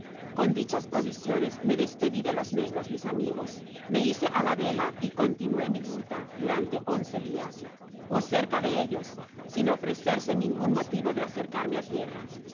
con dichas provisiones me despedi de los negros mis amigos me hice á la vela y continué mi ruta durante once dias ó cérea de ellos sin ofrecerse ningun motivo de acercarme á tierra al